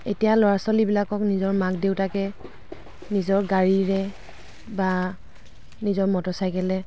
এতিয়া ল'ৰা ছোৱালীবিলাকক নিজৰ মাক দেউতাকে নিজৰ গাড়ীৰে বা নিজৰ মটৰ চাইকেলেৰে